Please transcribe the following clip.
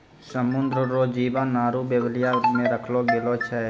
समुद्र रो जीव आरु बेल्विया मे रखलो गेलो छै